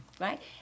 right